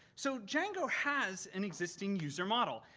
so django has an existing user model.